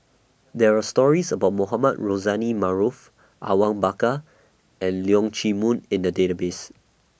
There Are stories about Mohamed Rozani Maarof Awang Bakar and Leong Chee Mun in The Database